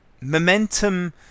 Momentum